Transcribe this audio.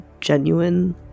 genuine